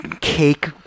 cake